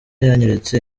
yanyeretse